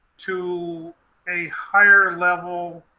to a higher level